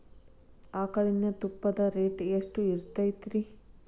ಆಕಳಿನ ತುಪ್ಪದ ರೇಟ್ ಎಷ್ಟು ಇರತೇತಿ ರಿ?